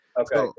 Okay